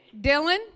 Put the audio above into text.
Dylan